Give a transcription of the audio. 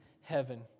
heaven